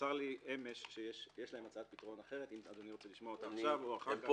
נמסר לי אמש שיש להם הצעת פתרון אחרת ונוכל לשמוע אותה עכשיו או אחר כך.